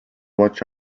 watch